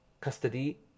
custody